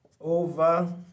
over